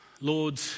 Lord